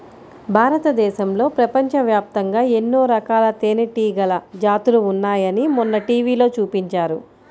భారతదేశంలో, ప్రపంచవ్యాప్తంగా ఎన్నో రకాల తేనెటీగల జాతులు ఉన్నాయని మొన్న టీవీలో చూపించారు